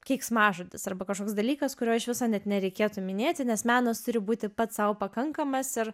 keiksmažodis arba kažkoks dalykas kurio iš viso net nereikėtų minėti nes menas turi būti pats sau pakankamas ir